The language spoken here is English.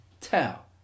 tell